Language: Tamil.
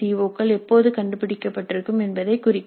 ஓக்கள் எப்போது கண்டுபிடிக்கப்பட்டிருக்கும் என்பதைக் குறிக்கவும்